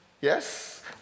Yes